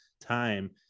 time